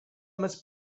must